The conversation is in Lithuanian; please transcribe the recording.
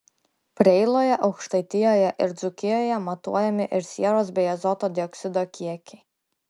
preiloje aukštaitijoje ir dzūkijoje matuojami ir sieros bei azoto dioksido kiekiai